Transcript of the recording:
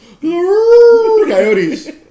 coyotes